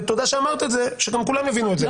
ותודה שאמרת את זה כדי שכולם יבינו את זה.